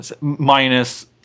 minus